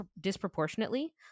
disproportionately